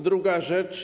Druga rzecz.